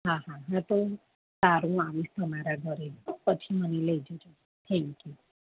હા હા હા તો હારું હું આવીશ તમારા ઘરે હો પછી મને લઈ જજો થેન્ક યુ